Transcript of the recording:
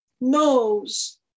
knows